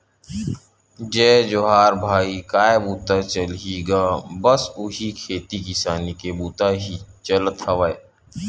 जय जोहार भाई काय बूता चलही गा बस उही खेती किसानी के बुता ही चलत हवय